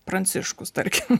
pranciškus tarkim